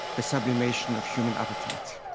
a sublimation of human appetite.